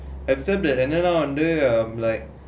except that என்னலாம் வந்தே:ennalaam vanthae